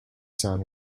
sound